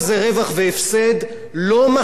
לא מחזיק מעמד בתקשורת,